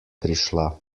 prišla